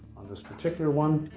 this particular one,